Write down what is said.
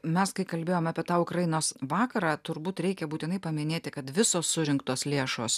mes kai kalbėjome apie tą ukrainos vakarą turbūt reikia būtinai paminėti kad visos surinktos lėšos